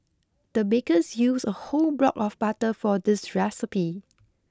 the bakers used a whole block of butter for this recipe